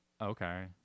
Okay